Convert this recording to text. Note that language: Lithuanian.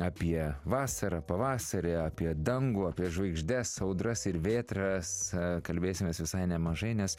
apie vasarą pavasarį apie dangų apie žvaigždes audras ir vėtras kalbėsimės visai nemažai nes